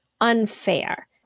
unfair